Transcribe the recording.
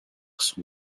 son